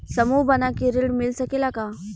समूह बना के ऋण मिल सकेला का?